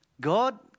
God